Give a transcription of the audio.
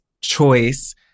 choice